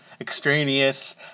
extraneous